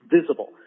visible